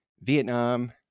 Vietnam